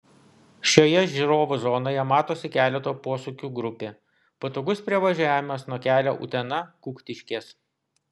šioje žiūrovų zonoje matosi keleto posūkių grupė patogus privažiavimas nuo kelio utena kuktiškės